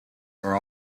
are